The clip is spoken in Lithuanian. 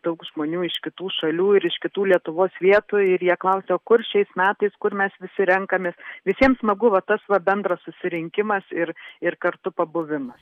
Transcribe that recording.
daug žmonių iš kitų šalių ir iš kitų lietuvos vietų ir jie klausia o kur šiais metais kur mes visi renkamės visiems smagu va tas va bendras susirinkimas ir ir kartu pabuvimas